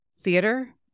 theater